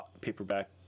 paperback